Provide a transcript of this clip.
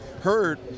heard